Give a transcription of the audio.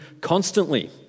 constantly